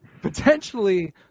Potentially